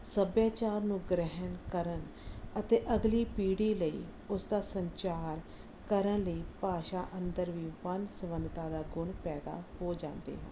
ਸੱਭਿਆਚਾਰ ਨੂੰ ਗ੍ਰਹਿਣ ਕਰਨ ਅਤੇ ਅਗਲੀ ਪੀੜ੍ਹੀ ਲਈ ਉਸ ਦਾ ਸੰਚਾਰ ਕਰਨ ਲਈ ਭਾਸ਼ਾ ਅੰਦਰ ਵੀ ਵਨਸਵੰਨਤਾ ਦੇ ਗੁਣ ਪੈਦਾ ਹੋ ਜਾਂਦੇ ਹਨ